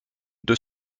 deux